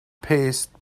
paste